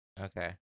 Okay